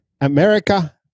America